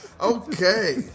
okay